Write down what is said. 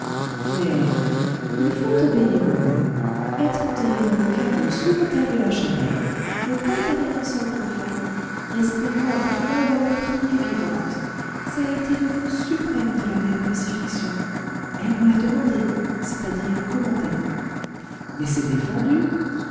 mais il faut obéir aux morts être enterrée dans le caveau sous l'autel de la chapelle ne point aller en sol profane rester morte là où elle a prié vivante ç'a été le voeu suprême de la mère crucifixion elle nous l'a demandé c'est-à-dire commandé mais c'est défendu